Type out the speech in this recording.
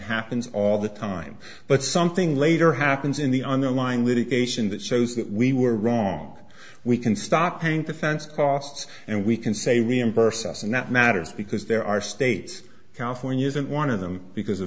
happens all the time but something later happens in the underlying litigation that shows that we were wrong we can stop paying the fence costs and we can say reimburse us and that matters because there are states california isn't one of them because